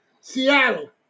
Seattle